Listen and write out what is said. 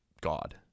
God